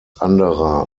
anderer